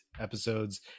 episodes